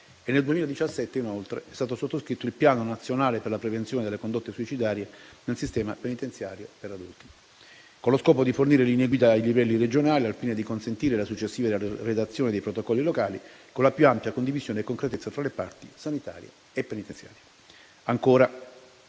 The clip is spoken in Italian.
e nel 2017 è stato sottoscritto il "Piano nazionale per la prevenzione delle condotte suicidarie nel sistema penitenziario per adulti", con lo scopo di fornire linee guida ai livelli regionali al fine di consentire la successiva redazione dei protocolli locali, con la più ampia condivisione e concretezza tra le parti, sanitaria e penitenziaria.